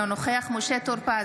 אינו נוכח משה טור פז,